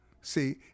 See